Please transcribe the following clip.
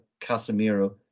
Casemiro